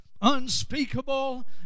unspeakable